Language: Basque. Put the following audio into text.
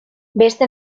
beste